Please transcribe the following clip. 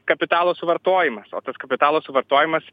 kapitalo suvartojimas o tas kapitalo suvartojimas